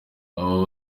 abo